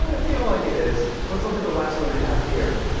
ah feel like it is. let's look at the last one they have here,